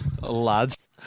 Lads